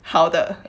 好的